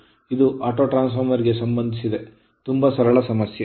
ಇದು auto transformer ಗೆ ಸಂಬಂಧಿಸಿದೆ ತುಂಬಾ ಸರಳ ಸಮಸ್ಯೆ